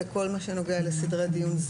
בכל מה שנוגע לסדרי דיון,